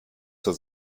zur